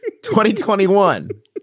2021